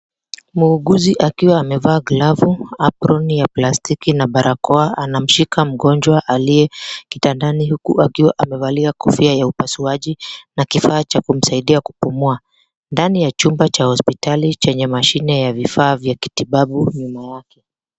muuguzi akiwa amevaa glavu, aproni ya plastiki na barakoa anamshika mgonjwa aliye kitandani huku akiwa amevalia kofia ya upasuaji na kifaaa cha kumsaidia kupumua. Ndani ya chumba cha hospitali chenye mashine ya vifaa vya kitibabu nyuma yake.